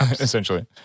Essentially